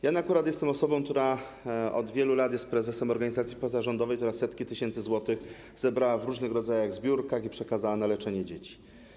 Jestem akurat osobą, która od wielu lat jest prezesem organizacji pozarządowej, która setki tysięcy złotych zebrała w różnego rodzaju zbiórkach i przekazała na leczenie dzieci.